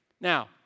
Now